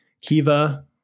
Kiva